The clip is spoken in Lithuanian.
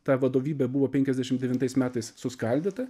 ta vadovybė buvo penkiasdešim devintais metais suskaldyta